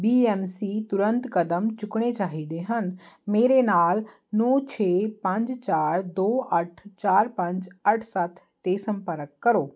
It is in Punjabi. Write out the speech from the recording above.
ਬੀ ਐੱਮ ਸੀ ਤੁਰੰਤ ਕਦਮ ਚੁੱਕਣੇ ਚਾਹੀਦੇ ਹਨ ਮੇਰੇ ਨਾਲ ਨੌਂ ਛੇ ਪੰਜ ਚਾਰ ਦੋ ਅੱਠ ਚਾਰ ਪੰਜ ਅੱਠ ਸੱਤ 'ਤੇ ਸੰਪਰਕ ਕਰੋ